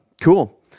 Cool